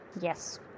yes